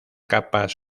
capas